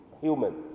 human